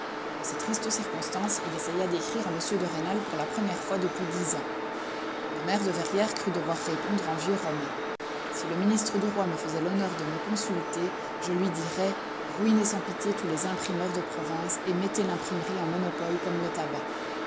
dans ces tristes circonstances il essaya d'écrire à m de rênal pour la première fois depuis dix ans le maire de verrières crut devoir répondre en vieux romain si le ministre du roi me faisait l'honneur de me consulter je lui dirais ruinez sans pitié tous les imprimeurs de province et mettez l'imprimerie en monopole comme le tabac